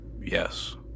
Yes